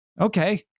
okay